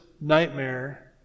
nightmare